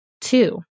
two